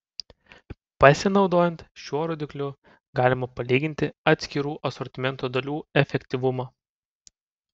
pasinaudojant šiuo rodikliu galima palyginti atskirų asortimento dalių efektyvumą